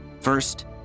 First